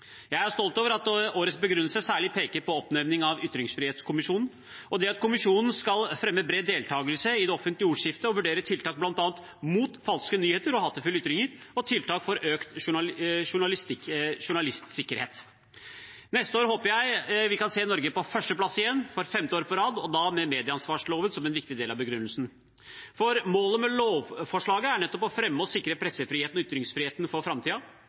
Jeg er stolt over at årets begrunnelse særlig peker på oppnevningen av ytringsfrihetskommisjonen og det at kommisjonen skal fremme bred deltakelse i det offentlige ordskiftet, vurdere tiltak mot bl.a. falske nyheter og hatefulle ytringer og tiltak for økt journalistsikkerhet. Neste år håper jeg vi kan se Norge på førsteplass igjen, for femte år på rad, og da med medieansvarsloven som en viktig del av begrunnelsen. Målet med lovforslaget er nettopp å fremme og sikre pressefriheten og ytringsfriheten for